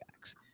backs